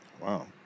Wow